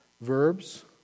verbs